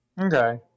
Okay